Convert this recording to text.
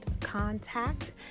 contact